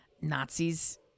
Nazis